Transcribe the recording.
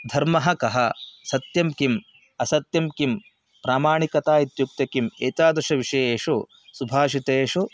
धर्मः कः सत्यं किम् असत्यं किं प्रामाणिकता इत्युक्ते किम् एतादृशविषयेषु सुभाषितेषु